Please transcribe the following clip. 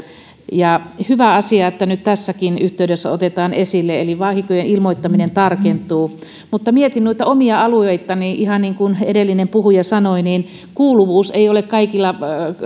ja on hyvä asia että nyt tässäkin yhteydessä otetaan esille eli vahinkojen ilmoittaminen tarkentuu mutta mietin noita omia alueitani ja ihan niin kuin edellinen puhuja sanoi kuuluvuus ei ole kaikilla alueilla